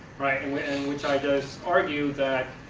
which i just argued that